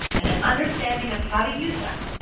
and an understanding of how to use them,